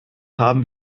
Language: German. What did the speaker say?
haben